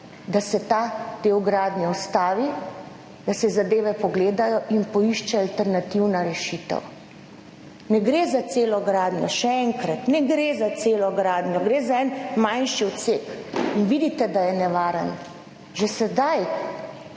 da se ta del gradnje ustavi, da se zadeve pogledajo in poišče alternativna rešitev. Ne gre za celo gradnjo, še enkrat, ne gre za celo gradnjo. Gre za en manjši odsek in vidite, da je nevaren. Že sedaj